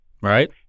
Right